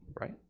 Right